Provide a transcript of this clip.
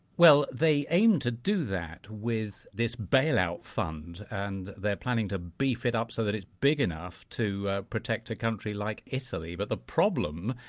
well, they aim to do that with this bailout fund, and they're planning to beef it up so that it's big enough to protect a country like italy. but the problem,